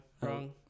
Wrong